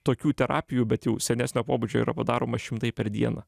tokių terapijų bet jau senesnio pobūdžio yra padaroma šimtai per dieną